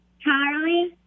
Charlie